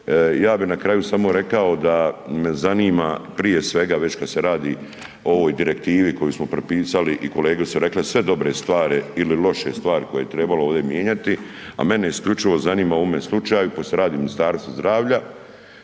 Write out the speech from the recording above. Ja bi na kraju samo rekao da me zanima prije svega već kad se radi o ovoj direktivi koju smo prepisali i kolege su rekle sve dobre stvari ili loše stvari koje je trebalo ovdje mijenjati, a mene isključivo zanima u ovome slučaju pošto se radi o Ministarstvu zdravlja,